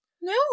No